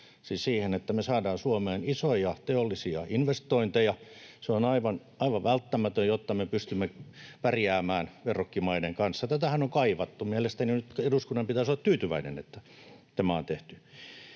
siihen, että me saadaan Suomeen isoja teollisia investointeja. Se on aivan, aivan välttämätön, jotta me pystymme pärjäämään verrokkimaiden kanssa. Tätähän on kaivattu. Mielestäni nyt eduskunnan pitäisi olla tyytyväinen, että tämä on tehty.